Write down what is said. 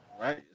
Right